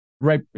right